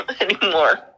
anymore